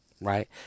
right